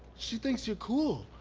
she thinks you're cool.